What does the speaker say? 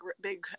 big